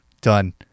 done